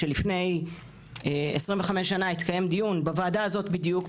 שלפני 25 שנה התקיים דיון בוועדה הזאת בדיוק,